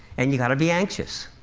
and you've got be anxious.